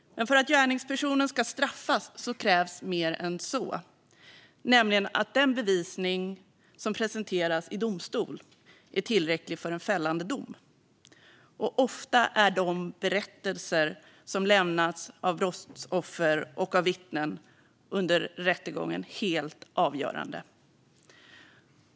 Men för att gärningspersonen ska straffas krävs mer än så, nämligen att den bevisning som presenteras i domstol är tillräcklig för en fällande dom. Och ofta är de berättelser som lämnas av brottsoffer och av vittnen under rättegången helt avgörande.